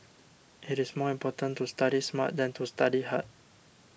it is more important to study smart than to study hard